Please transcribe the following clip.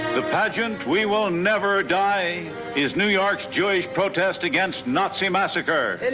the pageant we will never die his new york's jewish protest against nazi massacre